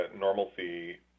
normalcy